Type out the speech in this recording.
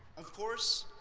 of course,